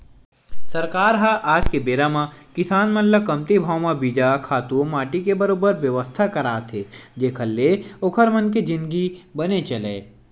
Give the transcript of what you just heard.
सरकार ह आज के बेरा म किसान मन ल कमती भाव म बीजा, खातू माटी के बरोबर बेवस्था करात हे जेखर ले ओखर मन के जिनगी बने चलय